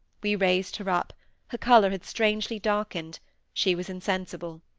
we raised her up her colour had strangely darkened she was insensible.